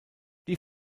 die